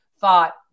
thought